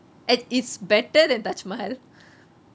it's better than taj mahal